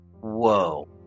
whoa